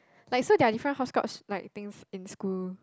like so there're different hopscotch like things in school